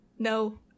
no